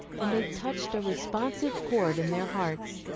and they touched a responsive chord in their hearts.